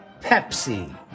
Pepsi